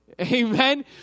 amen